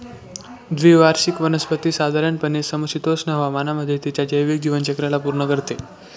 द्विवार्षिक वनस्पती साधारणपणे समशीतोष्ण हवामानामध्ये तिच्या जैविक जीवनचक्राला पूर्ण करते